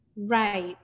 Right